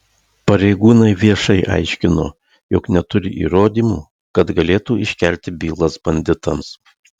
pareigūnai viešai aiškino jog neturi įrodymų kad galėtų iškelti bylas banditams